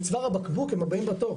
בצוואר הבקבוק הם הבאים בתור.